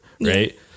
Right